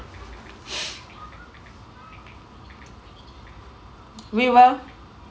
we were